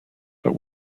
but